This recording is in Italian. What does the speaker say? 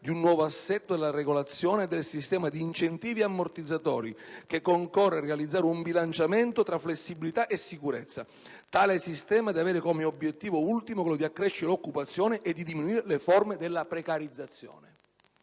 di un nuovo assetto della regolazione e del sistema di incentivi e ammortizzatori, che concorra a realizzare un bilanciamento tra flessibilità e sicurezza. Tale sistema deve avere come obiettivo ultimo quello di accrescere l'occupazione e di diminuire le forme di precarizzazione».